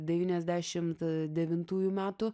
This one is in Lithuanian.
devyniasdešimt devintųjų metų